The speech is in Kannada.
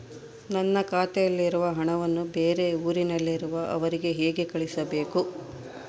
ನನ್ನ ಖಾತೆಯಲ್ಲಿರುವ ಹಣವನ್ನು ಬೇರೆ ಊರಿನಲ್ಲಿರುವ ಅವರಿಗೆ ಹೇಗೆ ಕಳಿಸಬೇಕು?